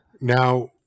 Now